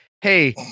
hey